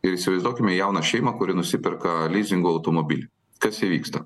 ir įsivaizduokime jauną šeimą kuri nusiperka lizingu automobilį kas įvyksta